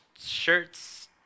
shirts